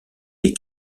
des